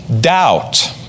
Doubt